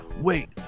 wait